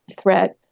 threat